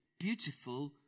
beautiful